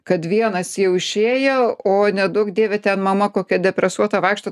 kad vienas jau išėjo o neduok dieve ten mama kokia depresuota vaikšto